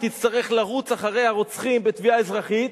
היא תצטרך לרוץ אחרי הרוצחים בתביעה אזרחית,